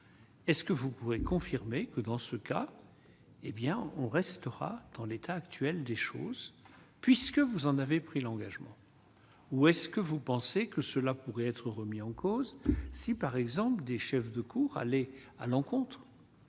est ce que vous pouvez confirmer que, dans ce cas, hé bien on restera dans l'état actuel des choses, puisque vous en avez pris l'engagement ou est-ce que vous pensez que cela pourrait être remis en cause si, par exemple, des chefs de cour, aller à l'encontre,